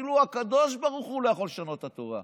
אפילו הקדוש ברוך הוא לא יכול לשנות את התורה.